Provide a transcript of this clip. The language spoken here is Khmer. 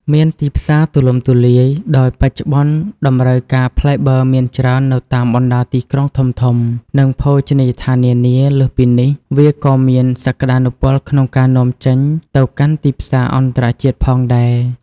មានទីផ្សារទូលំទូលាយ ដោយបច្ចុប្បន្នតម្រូវការផ្លែបឺរមានច្រើននៅតាមបណ្ដាទីក្រុងធំៗ និងភោជនីយដ្ឋាននានា លើសពីនេះ វាក៏មានសក្ដានុពលក្នុងការនាំចេញទៅកាន់ទីផ្សារអន្តរជាតិផងដែរ។